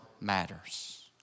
matters